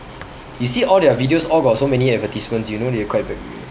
you see all their videos all got so many advertisements you know they are quite big